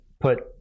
put